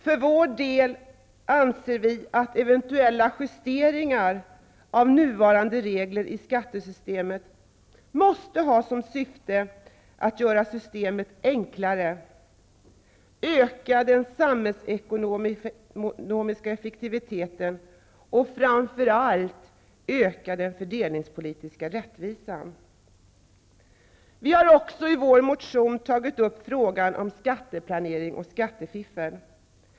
För vår del anser vi att eventuella justeringar av nuvarande regler i skattesystemet måste ha som syfte att göra systemet enklare, öka den samhällsekonomiska effektiviteten och framför allt öka den fördelningspolitiska rättvisan. Vi har också i vår motion tagit upp frågan om skatteplanering och skattefiffel.